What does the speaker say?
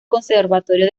conservatorio